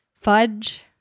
fudge